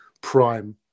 prime